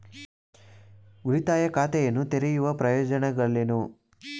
ಉಳಿತಾಯ ಖಾತೆಯನ್ನು ತೆರೆಯುವ ಪ್ರಯೋಜನಗಳೇನು?